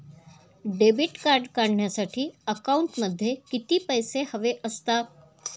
Debit card काढण्यासाठी अकाउंटमध्ये किती पैसे हवे असतात?